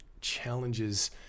challenges